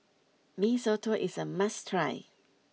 Mee Soto is a must try